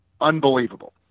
unbelievable